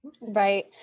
Right